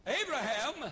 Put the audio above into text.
Abraham